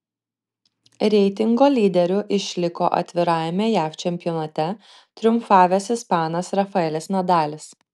reitingo lyderiu išliko atvirajame jav čempionate triumfavęs ispanas rafaelis nadalis